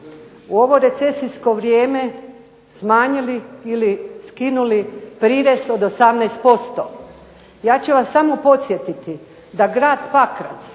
u ovo recesijsko vrijeme smanjili ili skinuli prirez od 18%, ja ću vas samo podsjetiti da grad Pakrac